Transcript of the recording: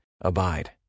Abide